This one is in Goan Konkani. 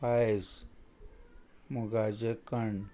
पायस मुगाचें कण